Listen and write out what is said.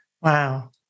Wow